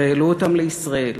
והעלו אותם לישראל.